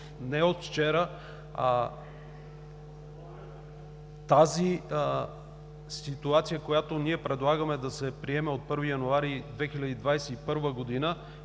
е от вчера. Тази ситуация, която предлагаме да се приеме от 1 януари 2021 г. и